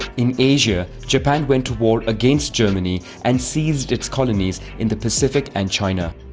in asia, japan went to war against germany and seized its colonies in the pacific and china.